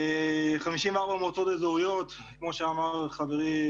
54 מועצות אזוריות, כמו שאמר חברי,